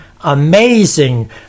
amazing